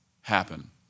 happen